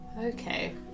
okay